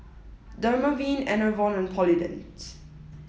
Dermaveen Enervon and Polident